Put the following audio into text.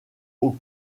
aux